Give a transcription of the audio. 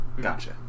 Gotcha